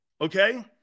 Okay